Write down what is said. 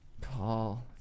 Call